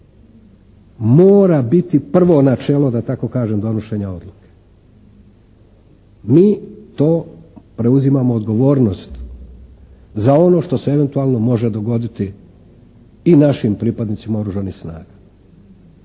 mora biti prvo načelo da tako kažem donošenja odluke. Mi to preuzimamo odgovornost za ono što se eventualno može dogoditi i našim pripadnicima Oružanih snaga